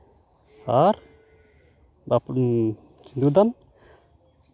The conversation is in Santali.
ᱟᱨ ᱥᱤᱸᱫᱩᱨ ᱫᱟᱱ